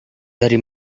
dari